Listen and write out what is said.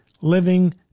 living